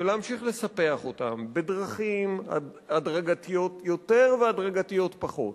ולהמשיך לספח אותם בדרכים הדרגתיות יותר והדרגתיות פחות,